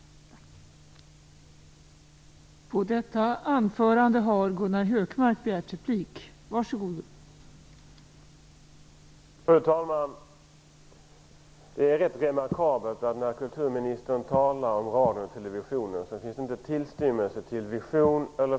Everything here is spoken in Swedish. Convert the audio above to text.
Tack!